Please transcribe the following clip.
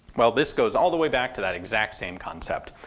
well this goes all the way back to that exact same concept.